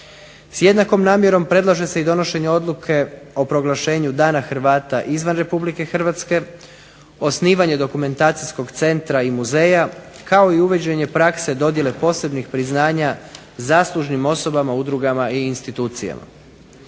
S jednakom namjerom predlaže se i donošenje odluke o proglašenju dana Hrvata izvan Republike Hrvatske, osnivanje dokumentacijskog centra i muzeja, kao i uvođenje prakse dodjele posebnih priznanja zaslužnim osobama, udrugama i institucijama.